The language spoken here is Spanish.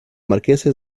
marquesa